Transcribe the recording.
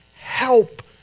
help